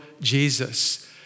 Jesus